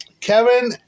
Kevin